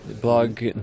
blog